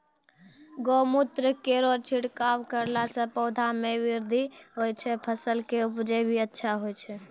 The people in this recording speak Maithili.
गौमूत्र केरो छिड़काव करला से पौधा मे बृद्धि होय छै फसल के उपजे भी अच्छा होय छै?